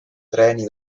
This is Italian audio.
treni